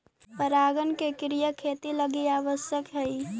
परागण के क्रिया खेती लगी आवश्यक हइ